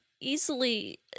easily